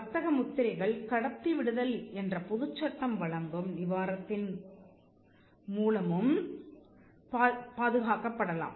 வர்த்தக முத்திரைகள் கடத்தி விடுதல் நிவாரணம் என்ற பொதுச் சட்டம் வழங்கும் நிவாரணத்தின் மூலமும் பாதுகாக்கப்படலாம்